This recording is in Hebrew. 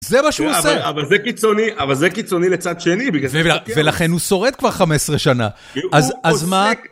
זה מה שהוא עושה. אבל זה קיצוני, אבל זה קיצוני לצד שני. ולכן הוא שורד כבר 15 שנה, אז מה...